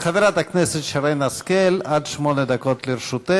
חברת הכנסת מיכל רוזין.